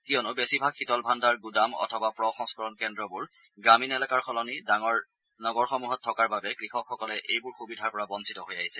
কিয়নো বেছিভাগ শীতল ভাণ্ডাৰ ণ্ডদাম অথবা প্ৰসংস্কৰণ কেন্দ্ৰবোৰ গ্ৰামীণ এলেকাৰ সলনি ডাঙৰ চহৰসমূহত থকাৰ বাবে কৃষকসকলে এইবোৰৰ সুবিধাৰ পৰা বঞ্ণিত হৈ আহিছে